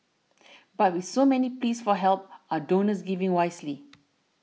but with so many pleas for help are donors giving wisely